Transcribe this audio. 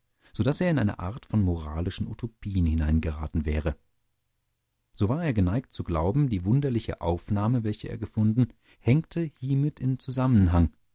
so daß er in eine art moralisches utopien hineingeraten wäre so war er geneigt zu glauben die wunderliche aufnahme welche er gefunden hänge hiermit im zusammenhang